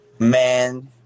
Man